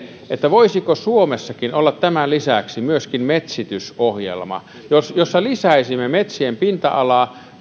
voisiko suomessakin olla tämän lisäksi myöskin metsitysohjelma jossa jossa lisäisimme metsien pinta alaa